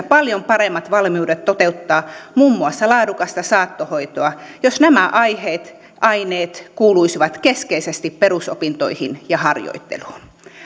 paljon nykyistä paremmat valmiudet toteuttaa muun muassa laadukasta saattohoitoa jos nämä aineet aineet kuuluisivat keskeisesti perusopintoihin ja harjoitteluun